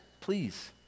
please